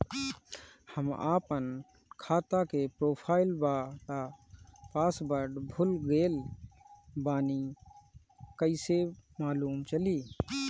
हम आपन खाता के प्रोफाइल वाला पासवर्ड भुला गेल बानी कइसे मालूम चली?